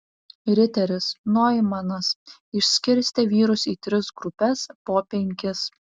riteris noimanas išskirstė vyrus į tris grupes po penkis